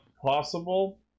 possible